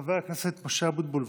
חבר הכנסת משה אבוטבול,